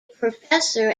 professor